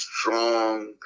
strong